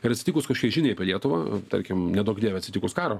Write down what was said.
ir atsitikus kažkokiai žiniai apie lietuvą tarkim neduok dieve atsitikus karo